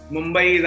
Mumbai